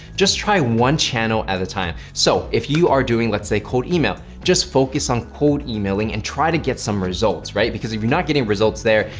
just try one channel at a time. so if you are doing let's say cold email, just focus on cold emailing and try to get some results, right? because if you're not getting results there,